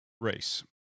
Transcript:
race